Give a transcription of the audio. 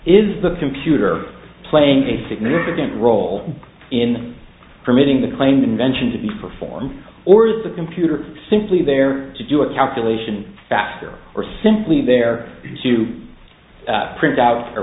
is the computer playing a significant role in permitting the claimed invention to be performed or is the computer simply there to do a calculation faster or simply there to print out